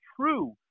true